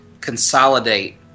consolidate